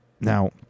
Now